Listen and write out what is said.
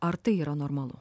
ar tai yra normalu